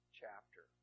chapter